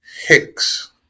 hicks